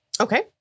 Okay